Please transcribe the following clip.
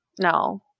no